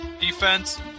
Defense